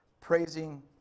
praising